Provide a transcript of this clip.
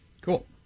Cool